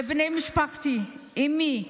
לבני משפחתי: אימי אנאניי,